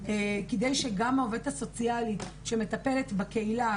מנת שגם העובדת הסוציאלית שמטפלת בקהילה,